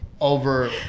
over